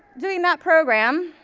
during that program,